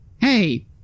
hey